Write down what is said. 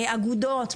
אגודות,